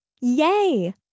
Yay